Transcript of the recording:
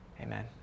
Amen